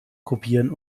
kopieren